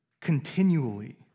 continually